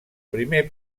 primer